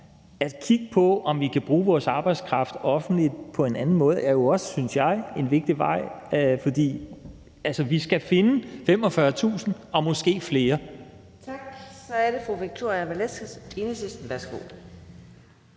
At kigge på, om vi kan bruge vores arbejdskraft offentligt på en anden måde, er jo også, synes jeg, en vigtig vej, for vi skal finde 45.000 og måske flere. Kl. 18:55 Fjerde næstformand (Karina Adsbøl): Tak.